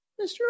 Mr